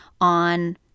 on